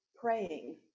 praying